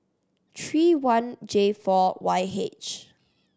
three one J four Y H